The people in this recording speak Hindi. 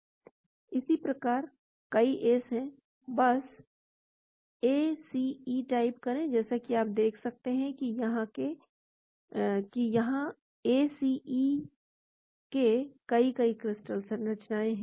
इसी प्रकार कई ACE हैं बस एसीई टाइप करें जैसा कि आप देख सकते हैं कि यहां एसीई के कई कई क्रिस्टल संरचनाएं हैं